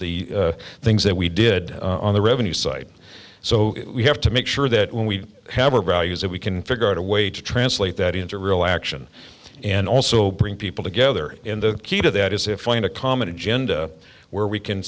the things that we did on the revenue side so we have to make sure that when we have a values that we can figure out a way to translate that into real action and also bring people together in the key to that is if find a common agenda where we can